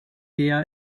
día